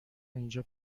اینجا